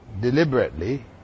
deliberately